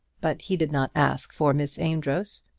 but he did not ask for miss amedroz,